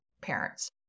parents